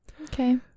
Okay